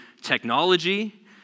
technology